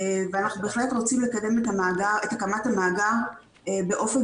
ואנחנו בהחלט רוצים לקדם את הקדמת המאגר באופן